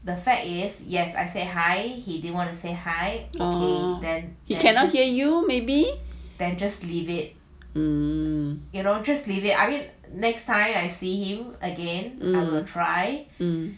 um he cannot hear you maybe um